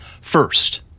First